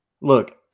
look